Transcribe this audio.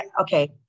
okay